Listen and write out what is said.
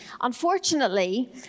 Unfortunately